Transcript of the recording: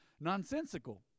nonsensical